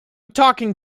talking